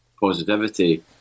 positivity